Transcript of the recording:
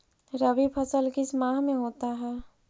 रवि फसल किस माह में होता है?